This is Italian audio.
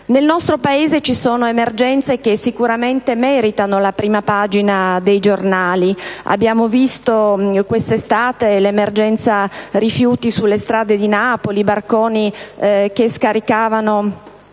Nel nostro Paese ci sono emergenze che sicuramente meritano la prima pagina dei giornali: abbiamo visto questa estate l'emergenza rifiuti sulle strade di Napoli, barconi che scaricavano